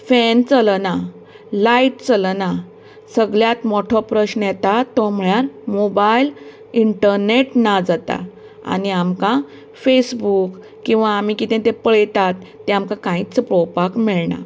फेन चलना लायट चलना सगळ्यांत मोठो प्रस्न येता तो म्हळ्यार मोबायल इंटरनेट ना जाता आनी आमकां फेसबुक किंवां आमी कितें तें पळयतात तें आमी कांयच पळोवपाक मेळना